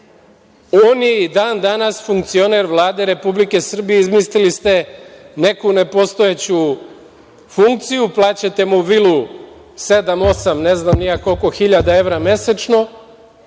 on je i dan-danas funkcioner Vlade Republike Srbije, izmislili ste neku nepostojeću funkciju, plaćate mu vilu sedam, osam, ne znam ni ja koliko hiljada evra mesečno